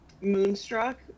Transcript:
Moonstruck